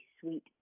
sweet